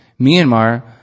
Myanmar